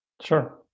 Sure